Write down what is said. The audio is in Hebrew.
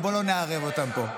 ובוא לא נערב אותם פה.